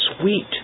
sweet